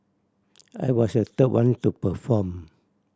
I was the third one to perform